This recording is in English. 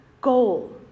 goal